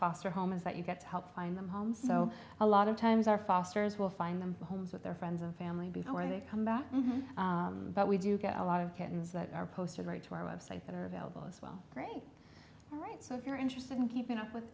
foster home is that you get to help find them homes so a lot of times are fosters will find them homes with their friends and family before they come back but we do get a lot of kittens that are posted right to our website that are available as well all right so if you're interested in keeping up with